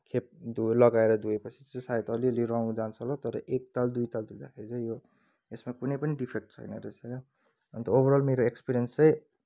खेप धो लगाएर धोएपछि चाहिँ सायद अलिअलि रङ जान्छ होला तर एकताल दुईताल धुँदाखेरि चाहिँ यो यसमा कुनै पनि डिफेक्ट छैन रहेछ क्या अन्त ओभरअल मेरो एक्सपेरियन्स चाहिँ